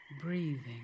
breathing